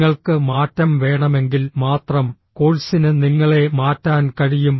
നിങ്ങൾക്ക് മാറ്റം വേണമെങ്കിൽ മാത്രം കോഴ്സിന് നിങ്ങളെ മാറ്റാൻ കഴിയും